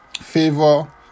favor